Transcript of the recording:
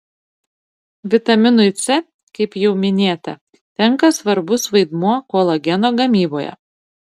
vitaminui c kaip jau minėta tenka svarbus vaidmuo kolageno gamyboje